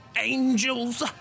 angels